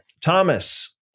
Thomas